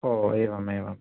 ओ एवमेवं